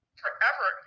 forever